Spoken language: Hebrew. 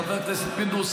חבר הכנסת פינדרוס,